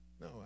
No